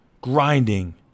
grinding